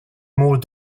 mot